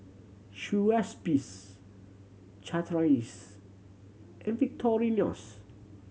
Schweppes Chateraise and Victorinox